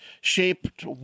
shaped